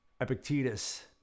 Epictetus